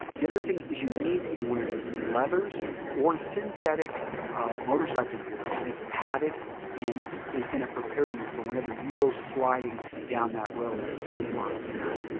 the other thing is you need to be wearing leathers or synthetic motorcycle gear thatis padded and is going to prepare you for whenever you go sliding down that road at twenty miles and hour.